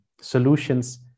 solutions